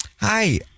Hi